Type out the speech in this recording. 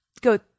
go